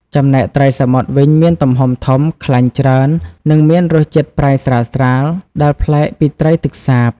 ចំណែកត្រីសមុទ្រវិញមានទំហំធំ ខ្លាញ់ច្រើន និងមានរសជាតិប្រៃស្រាលៗដែលប្លែកពីត្រីទឹកសាប។